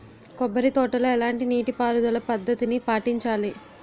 కొబ్బరి తోటలో ఎలాంటి నీటి పారుదల పద్ధతిని పాటించాలి?